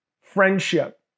friendship